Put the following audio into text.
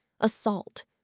Assault